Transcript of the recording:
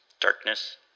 Darkness